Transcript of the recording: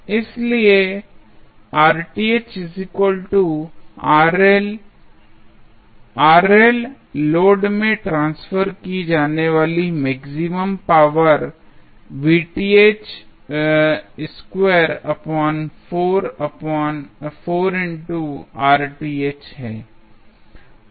इसलिए लोड में ट्रांसफर की जाने वाली मैक्सिमम पावर है